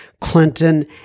Clinton